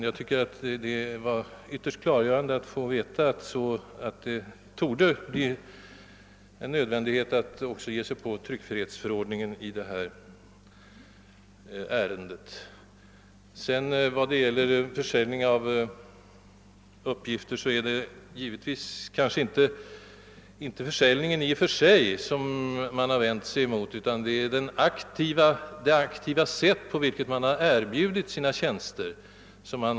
Jag tycker det är ytterst betydelsefullt att vi får veta att det sålunda kan bli nödvändigt att även granska tryckfrihetsförordningen i detta ärende. Vad gäller försäljningen av datauppgifter är det kanske inte försäljningen i och för sig som jag vänder mig emot — åtminstone tills vidare i avvaktan på utredningsresultaten — utan det aktiva sätt på vilket man har erbjudit sina tjänster.